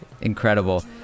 Incredible